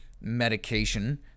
medication